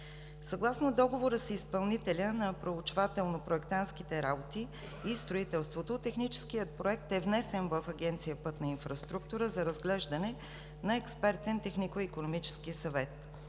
Съгласно договора с изпълнителя на проучвателно-проектантските работи и строителството техническият проект е внесен в Агенция „Пътна инфраструктура“ за разглеждане на Експертен технико-икономически съвет.